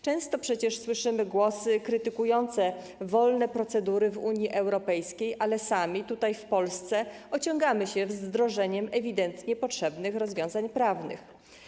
Często przecież słyszymy głosy krytykujące wolne procedury w Unii Europejskiej, ale sami tutaj, w Polsce, ociągamy się z wdrożeniem ewidentnie potrzebnych rozwiązań prawnych.